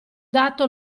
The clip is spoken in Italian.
dato